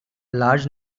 large